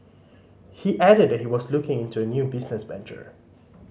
he added that he was looking into a new business venture